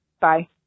Bye